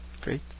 great